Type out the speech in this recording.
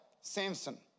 Samson